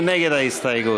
מי נגד ההסתייגות?